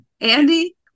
andy